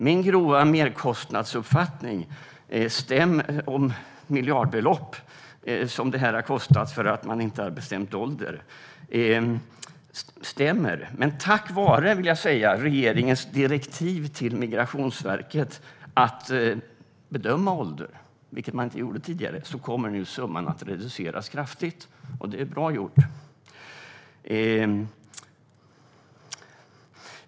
Min grova merkostnadsuppskattning, att det har kostat miljardbelopp att man inte har bestämt ålder, stämmer. Men tack vare regeringens direktiv till Migrationsverket att man ska bedöma ålder, vilket inte gjordes tidigare, kommer nu summan att reduceras kraftigt. Det är bra gjort.